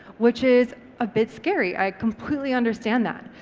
which is a bit scary. i completely understand that,